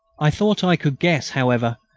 i thought i could guess, however,